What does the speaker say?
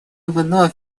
вновь